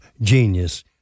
genius